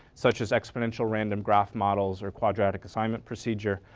such as exponential random graph models or quadratic assignment procedure.